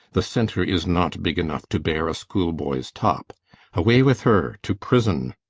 the centre is not big enough to bear a school-boy's top away with her to prison!